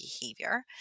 behavior